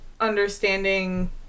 understanding